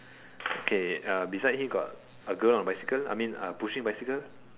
okay uh beside him got a girl on bicycle I mean uh pushing bicycle